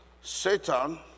Satan